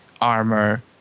armor